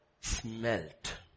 smelt